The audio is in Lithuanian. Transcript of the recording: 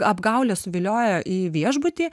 apgaule suviliojo į viešbutį